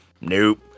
Nope